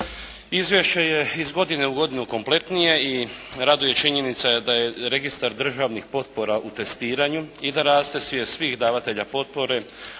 Izvješće je iz godine u godinu kompletnije i raduje činjenica da je registar državnih potpora u testiranju i da raste svijest svih davatelja potpore